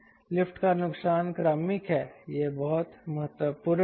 lift का नुकसान क्रमिक है यह बहुत महत्वपूर्ण है